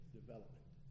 development